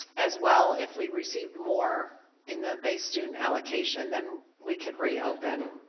as well if we received more in the base student allocation then we could re-open,